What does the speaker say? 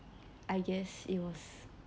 I guess it was